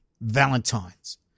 valentine's